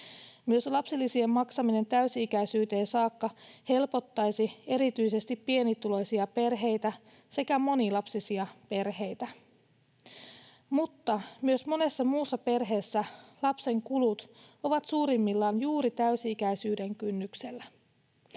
Myös lapsilisien maksaminen täysi-ikäisyyteen saakka helpottaisi erityisesti pienituloisia perheitä sekä monilapsisia perheitä, mutta myös monessa muussa perheessä lapsen kulut ovat suurimmillaan juuri täysi-ikäisyyden kynnyksellä.